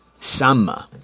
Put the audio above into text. Samma